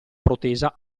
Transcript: protesa